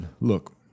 Look